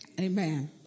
Amen